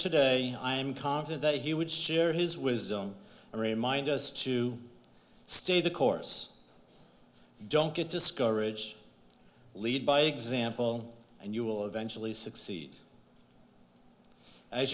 today i am confident that he would share his wisdom and remind us to stay the course don't get discourage lead by example and you will eventually succeed as